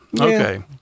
Okay